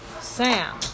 Sam